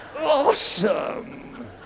Awesome